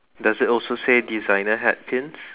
does it also say designer hat pins